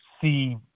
see